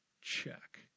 check